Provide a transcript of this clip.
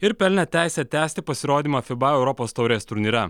ir pelnė teisę tęsti pasirodymą fiba europos taurės turnyre